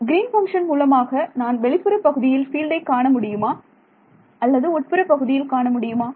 green function மூலமாக நான் வெளிப்புறப் பகுதியில் ஃபீல்டை காண முடியுமா அல்லது உட்புறப் பகுதியில் காண முடியுமா